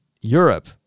Europe